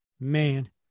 Man